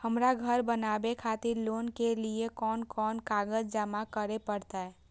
हमरा घर बनावे खातिर लोन के लिए कोन कौन कागज जमा करे परते?